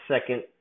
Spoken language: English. second